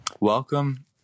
Welcome